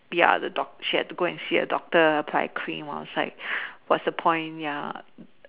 ya the she got to go and see a doctor by the clinic outside what's the point ya